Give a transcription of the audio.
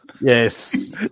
Yes